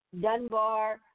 Dunbar